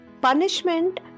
punishment